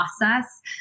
process